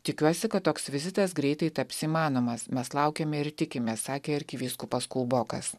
tikiuosi kad toks vizitas greitai taps įmanomas mes laukiame ir tikimės sakė arkivyskupas kulbokas